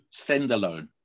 standalone